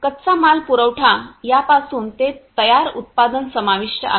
कच्चा माल पुरवठा यापासून ते तयार उत्पादन समाविष्ट आहे